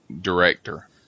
director